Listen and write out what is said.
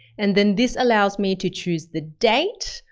and then this allows me to choose the date.